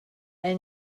and